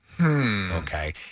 Okay